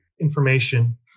information